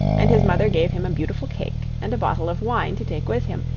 and his mother gave him a beautiful cake and a bottle of wine to take with him,